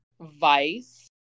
Vice